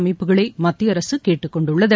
அமைப்புகளை மத்திய அரசு கேட்டுக்கொண்டுள்ளது